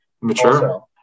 mature